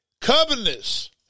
Covenants